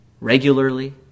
regularly